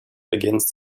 against